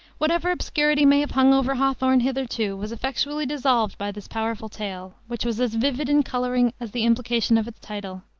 whatever obscurity may have hung over hawthorne hitherto was effectually dissolved by this powerful tale, which was as vivid in coloring as the implication of its title.